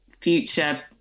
future